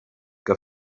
que